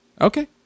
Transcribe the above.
Okay